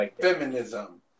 Feminism